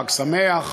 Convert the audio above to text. חג שמח,